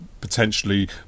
potentially